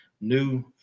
new